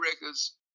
records